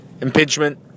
impingement